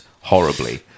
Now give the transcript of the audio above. horribly